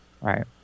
right